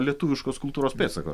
lietuviškos kultūros pėdsako